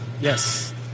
Yes